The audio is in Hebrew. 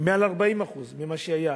מעל 40% ממה שהיה.